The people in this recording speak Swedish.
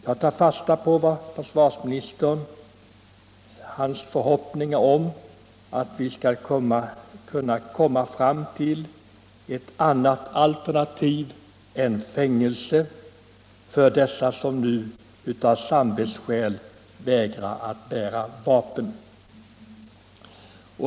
Jag tar fasta på försvarsministerns förhoppningar om att vi skall få fram ett annat alternativ än fängelse för dem som av samvetsskäl vägrar att bära vapen.